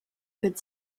code